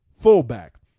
fullback